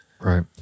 Right